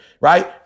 Right